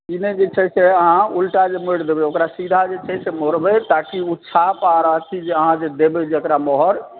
ई नहि छै जे अहाँ ओकरा उल्टा मोड़ि देबै सीधा जे छै से मोड़बै ताकि ओ छाप आ अथी जे अहाँ देबै जकरा मोहर